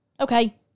okay